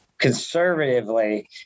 Conservatively